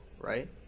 right